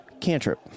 cantrip